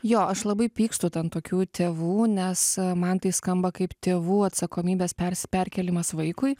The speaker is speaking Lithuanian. jo aš labai pykstu tant tokių tėvų nes man tai skamba kaip tėvų atsakomybės persi perkėlimas vaikui